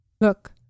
Look